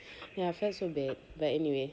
ya felt so bad but anyway